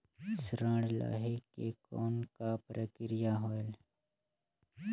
ऋण लहे के कौन का प्रक्रिया होयल?